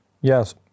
Yes